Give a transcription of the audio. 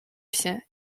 się